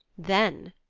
then,